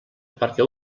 perquè